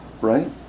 Right